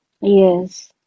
Yes